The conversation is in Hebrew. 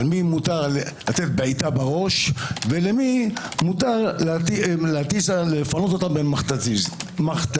למי מותר לתת בעיטה בראש ולמי מותר לפנות במכתזית.